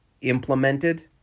implemented